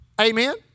Amen